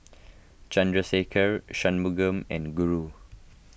Chandrasekaran Shunmugam and Guru